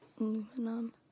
Aluminum